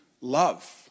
love